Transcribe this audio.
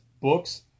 books